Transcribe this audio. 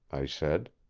i said.